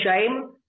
shame